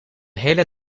hele